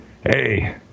Hey